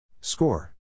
Score